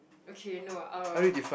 okay no uh